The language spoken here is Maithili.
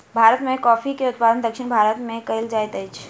भारत में कॉफ़ी के उत्पादन दक्षिण भारत में कएल जाइत अछि